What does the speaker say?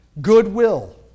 goodwill